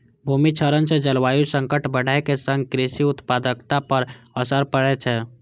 भूमि क्षरण सं जलवायु संकट बढ़ै के संग कृषि उत्पादकता पर असर पड़ै छै